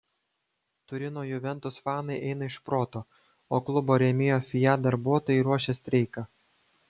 turino juventus fanai eina iš proto o klubo rėmėjo fiat darbuotojai ruošia streiką